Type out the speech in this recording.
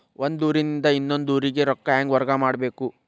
ಒಂದ್ ಊರಿಂದ ಇನ್ನೊಂದ ಊರಿಗೆ ರೊಕ್ಕಾ ಹೆಂಗ್ ವರ್ಗಾ ಮಾಡ್ಬೇಕು?